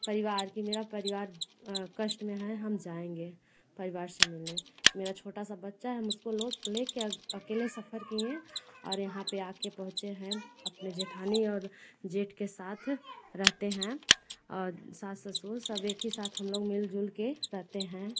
परिवार की मेरा परिवार कष्ट में है हम जाएंगे परिवार से मिलने मेरा एक छोटा सा बच्चा है हम उसको लो ले के अकेले सफर किए हैं और यहाँ पे आके पहुंचे है जेठानी और जेठ के साथ रहते है और सास ससुर सब एक ही साथ हम लोग मिलजुल के रहते हैं